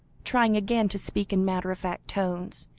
trying again to speak in matter-of-fact tones.